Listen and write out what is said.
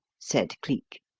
said cleek.